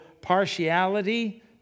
partiality